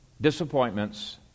disappointments